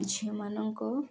ଝିଅମାନଙ୍କ